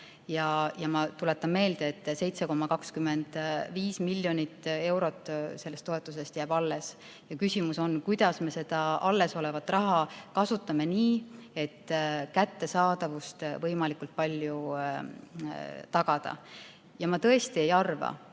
ja ma tuletan meelde, et 7,25 miljonit eurot sellest toetusest jääb alles. Küsimus on, kuidas me seda alles olevat raha kasutame nii, et kättesaadavust võimalikult palju tagada. Ja ma tõesti ei arva,